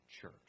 church